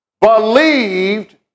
believed